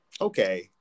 okay